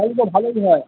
তাহলে তো ভালোই হয়